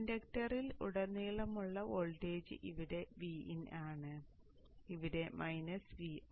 ഇൻഡക്റ്ററിൽ ഉടനീളമുള്ള വോൾട്ടേജ് ഇവിടെ Vin ആണ് ഇവിടെ മൈനസ് Vo